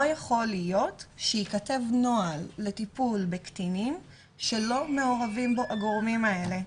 לא יכול להיות שייכתב נוהל לטיפול בקטינים שלא מעורבים בו הגורמים האלה,